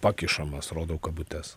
pakišamas rodau kabutes